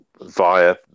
via